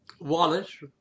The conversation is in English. Wallace